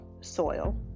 soil